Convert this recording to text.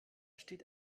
steht